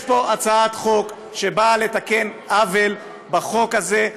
יש פה הצעת חוק שבאה לתקן עוול בחוק הזה,